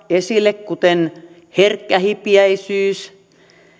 esille sanoja kuten herkkähipiäisyys